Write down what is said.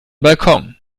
balkon